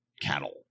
cattle